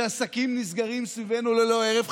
כשעסקים נסגרים מסביבנו ללא הרף,